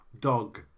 Dog